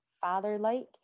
father-like